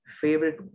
favorite